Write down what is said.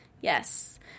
Yes